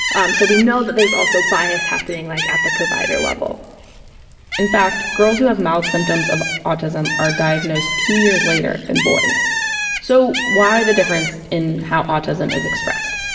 um so we know that there's also bias happening like at the provider level in fact, girls who have mild symptoms of autism are diagnosed two years later than boys so why the difference in how autism is expressed?